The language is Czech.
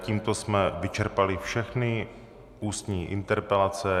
Tímto jsme vyčerpali všechny ústní interpelace.